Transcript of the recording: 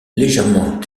légèrement